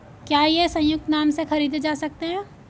क्या ये संयुक्त नाम से खरीदे जा सकते हैं?